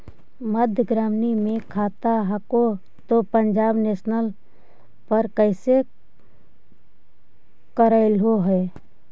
मध्य ग्रामीण मे खाता हको तौ पंजाब नेशनल पर कैसे करैलहो हे?